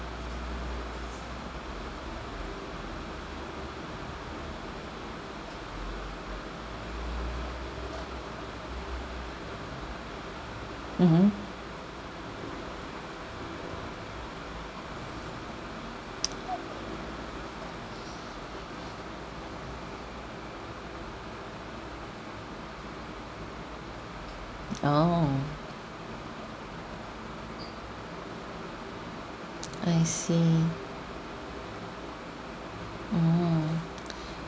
mmhmm oh I see mm